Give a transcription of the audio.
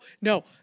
No